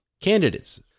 candidates